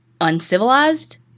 uncivilized